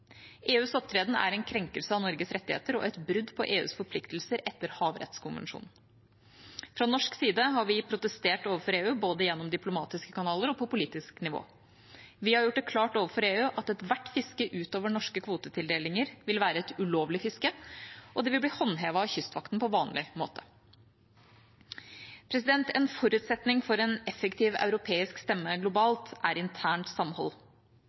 EUs opptreden er en krenkelse av Norges rettigheter og et brudd på EUs forpliktelser etter havrettskonvensjonen. Fra norsk side har vi protestert overfor EU, både gjennom diplomatiske kanaler og på politisk nivå. Vi har gjort det klart overfor EU at ethvert fiske utover norske kvotetildelinger vil være et ulovlig fiske, og det vil bli håndhevet av Kystvakten på vanlig måte. En forutsetning for en effektiv europeisk stemme globalt er internt samhold.